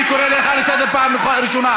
אני קורא אותך לסדר פעם ראשונה.